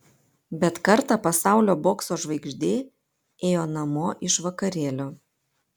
bet kartą pasaulio bokso žvaigždė ėjo namo iš vakarėlio